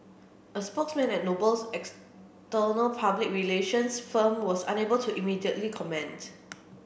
a spokesman at Noble's external public relations firm was unable to immediately comment